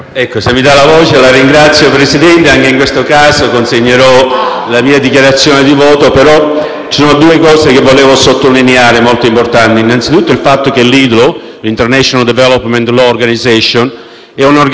L'IDLO è un'organizzazione intergovernativa dedicata alla promozione dello Stato di diritto e delle pratiche di buon governo nei Paesi in via di sviluppo, in transizione economica e nei Paesi reduci da conflitti armati.